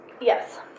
Yes